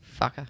Fucker